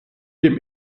dem